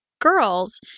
girls